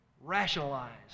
rationalized